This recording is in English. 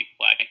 play